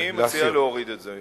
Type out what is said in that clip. אני מציע להוריד את זה.